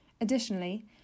Additionally